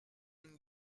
une